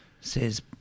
says